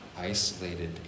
isolated